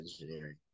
engineering